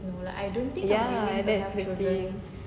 ya and that's the thing